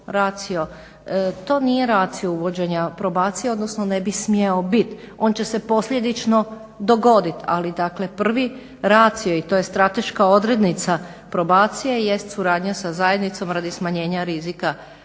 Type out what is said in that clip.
To nije racio uvođenja probacije odnosno ne bi smio biti. On će se posljedično dogodit, ali dakle prvi ratio i to je strateška odrednica probacije jest suradnja sa zajednicom radi smanjenja rizika